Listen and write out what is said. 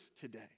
today